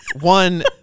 One